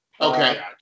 Okay